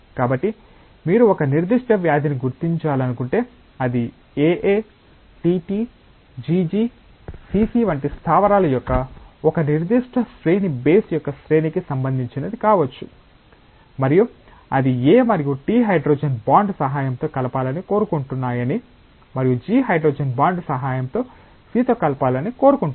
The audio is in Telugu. కాబట్టి మీరు ఒక నిర్దిష్ట వ్యాధిని గుర్తించాలనుకుంటే అది A A T T G G C C వంటి స్థావరాల యొక్క ఒక నిర్దిష్ట శ్రేణి బేస్ యొక్క శ్రేణికి సంబంధించినది కావచ్చు మరియు అది A మరియు T హైడ్రోజన్ బాండ్ సహాయంతో కలపాలని కోరుకుంటున్నాయని మరియు G హైడ్రోజన్ బాండ్ సహాయంతో C తో కలపాలని కోరుకుంటుంది